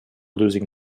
losing